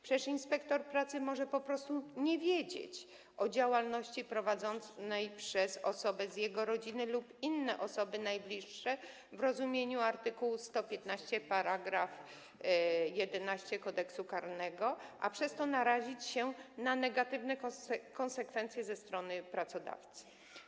Przecież inspektor pracy może po prostu nie wiedzieć o działalności prowadzonej przez osoby z jego rodziny lub inne osoby najbliższe w rozumieniu art. 115 § 11 Kodeksu karnego, a przez to narazić się na negatywne konsekwencje ze strony pracodawcy.